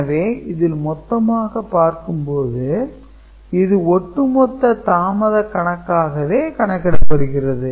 எனவே இதில் மொத்தமாக பார்க்கும்போது இது ஒட்டுமொத்த தாமதக் கணக்காகவே கணக்கிடப்படுகிறது